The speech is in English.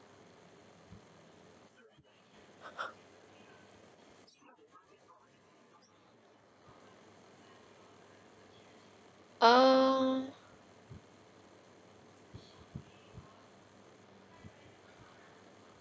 err